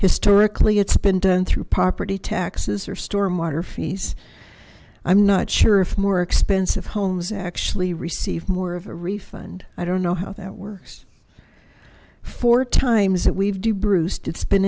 historically it's been done through property taxes or stormwater fees i'm not sure if more expensive homes actually receive more of a refund i don't know how that works four times that we've do bruise